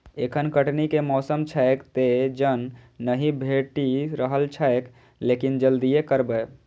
एखन कटनी के मौसम छैक, तें जन नहि भेटि रहल छैक, लेकिन जल्दिए करबै